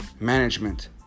management